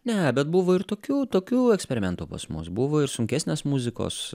ne bet buvo ir tokių tokių eksperimentų pas mus buvo ir sunkesnės muzikos